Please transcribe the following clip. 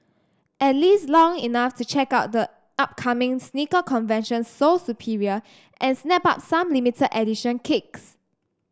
at least long enough to check out the upcoming sneaker convention Sole Superior and snap up some limited edition kicks